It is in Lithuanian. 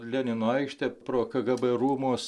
lenino aikštę pro kgb rūmus